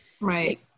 Right